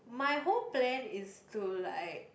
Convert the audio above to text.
my whole plan is to like